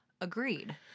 Agreed